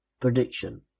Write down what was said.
Prediction